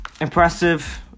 impressive